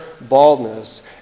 baldness